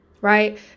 right